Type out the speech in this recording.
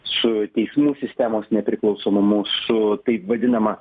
su teismų sistemos nepriklausomumu su taip vadinama